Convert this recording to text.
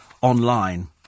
online